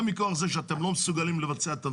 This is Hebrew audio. גם מכוח זה שאתם לא מסוגלים לבצע את המשימה.